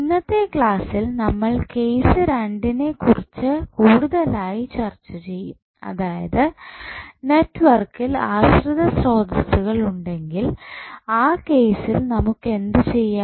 ഇന്നത്തെ ക്ലാസ്സിൽ നമ്മൾ കേസ് 2 നെ കുറിച്ച് കൂടുതലായി ചർച്ച ചെയ്യും അതായത് നെറ്റ്വർക്കിൽ ആശ്രിത സ്രോതസ്സുകൾ ഉണ്ടെങ്കിൽ ആ കേസിൽ നമുക്കെന്തു ചെയ്യാം